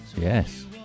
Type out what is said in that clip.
Yes